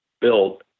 built